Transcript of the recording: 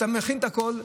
אתה מכין את הכול,